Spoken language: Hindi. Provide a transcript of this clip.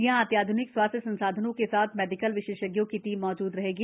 यहाँ अत्याध्निक स्वास्थ्य संसाधनों के साथ मेडिकल विशेषज्ञों की टीम मौजूद रहेगी